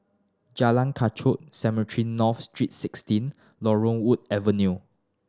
Jalan Kechot Cemetry North Street Sixteen Laurel Wood Avenue